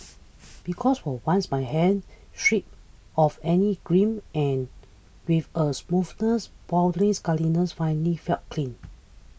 because for once my hands stripped of any grime and with a smoothness bordering scaliness finally felt clean